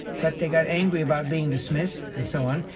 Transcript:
but they got angry about being dismissed and so on.